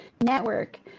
network